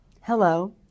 Hello